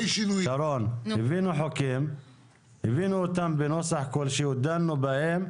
הבאנו חוקים בנוסח כלשהו, דנו בהם.